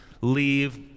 Leave